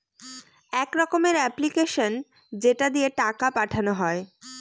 এক রকমের এপ্লিকেশান যেটা দিয়ে টাকা পাঠানো হয়